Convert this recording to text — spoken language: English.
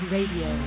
Radio